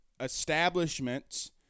establishments